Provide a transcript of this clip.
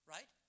Right